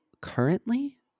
currently